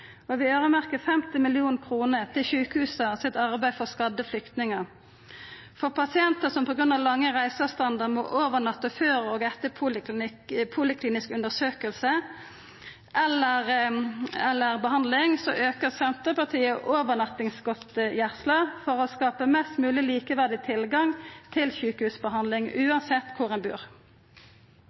vi øyremerkjer 50 mill. kr til sjukehusa sitt arbeid for skadde flyktningar. For pasientar som på grunn av lange reiseavstandar må overnatta før og etter poliklinisk undersøking eller behandling, aukar Senterpartiet overnattingsgodtgjersla for å skapa mest mogleg likeverdig tilgang til sjukehusbehandling, uansett kvar ein bur.